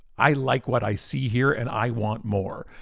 i like what i see here and i want more.